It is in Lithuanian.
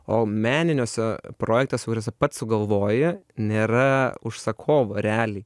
o meniniuose projektuose kuriuose pats sugalvoji nėra užsakovo realiai